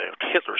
Hitler